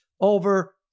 over